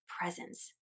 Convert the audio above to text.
presence